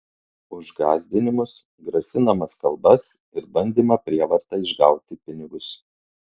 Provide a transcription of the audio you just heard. už gąsdinimus grasinamas kalbas ir bandymą prievarta išgauti pinigus